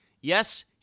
yes